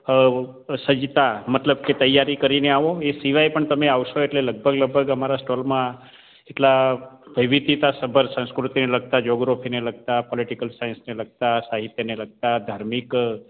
સાહિત્ય મતલબ કે તૈયારી કરીને આવો એ સિવાય પણ તમે આવશો એટલે લગભગ લગભગ અમારે અમારા સ્ટોલમાં એટલા વૈવિધતા સભાર સંસ્કૃતિને લગતા જિયોગ્રાફીને લગતા પોલિટિકલ સાયન્સને લગતા સાહિત્યને લગતા ધાર્મિક